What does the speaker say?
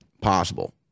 possible